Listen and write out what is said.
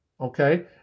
okay